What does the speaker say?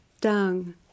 dung